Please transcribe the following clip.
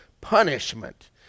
punishment